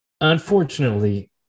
unfortunately